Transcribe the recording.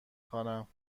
خوانم